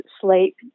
sleep